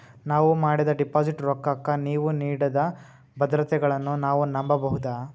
ನಾವು ಮಾಡಿದ ಡಿಪಾಜಿಟ್ ರೊಕ್ಕಕ್ಕ ನೀವು ನೀಡಿದ ಭದ್ರತೆಗಳನ್ನು ನಾವು ನಂಬಬಹುದಾ?